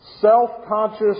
self-conscious